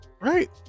Right